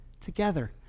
together